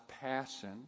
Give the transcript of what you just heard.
passion